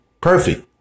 Perfect